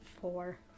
four